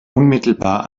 unmittelbar